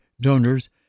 donors